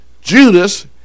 Judas